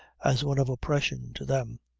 as one of oppression to them.